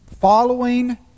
following